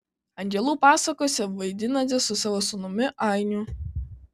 angelų pasakose vaidinate su savo sūnumi ainiu